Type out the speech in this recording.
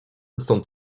stąd